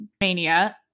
mania